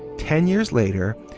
ten years later.